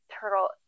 Turtle